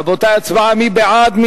רבותי, הצבעה, מי בעד?